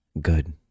good